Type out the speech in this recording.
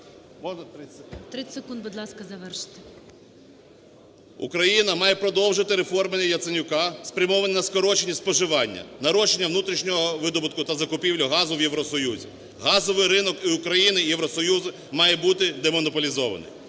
Україна має продовжити реформи Яценюка, спрямовані на скорочення споживання, нарощування внутрішнього видобутку та закупівлю газу в Євросоюзі. Газовий ринок і України, і Євросоюзу має бути демонополізований.